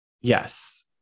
Yes